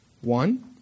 One